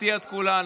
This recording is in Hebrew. הפתיע את כולנו.